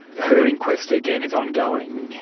her inquest again is ongoing,